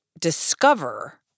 Discover